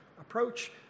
approach